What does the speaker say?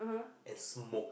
and smoke